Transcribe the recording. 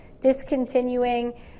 discontinuing